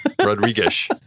Rodriguez